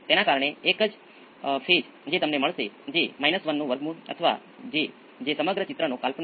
તેથી મને V c બરાબર 0 મળશે જે 2 વોલ્ટ છે V s A 1 cos phi અને પછી આપણે તેનો તફાવત કરવો પડશે